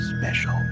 special